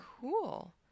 Cool